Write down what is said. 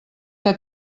que